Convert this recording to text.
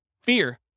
Fear